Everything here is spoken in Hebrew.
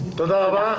תודה רבה.